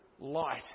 light